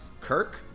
Kirk